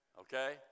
Okay